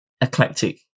eclectic